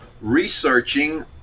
researching